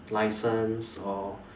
license or